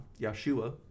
Yeshua